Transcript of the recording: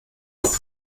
noch